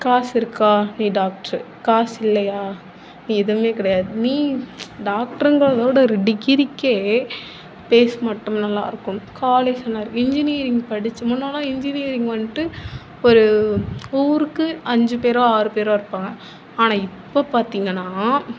காசு இருக்கா நீ டாக்டர் காசு இல்லையா நீ எதுவுமே கிடையாது நீ டாக்டருங்கறதோடய டிகிரிக்கு பேஸ் மட்டும் நல்லாயிருக்கும் காலேஜ் நல்லாயிருக்கும் இன்ஜினியரிங் படித்த முன்னெல்லாம் இன்ஜினியரிங் வந்துட்டு ஒரு ஊருக்கு அஞ்சு பேர் ஆறுப்பேர் இருப்பாங்க ஆனால் இப்போ பார்த்திங்கன்னா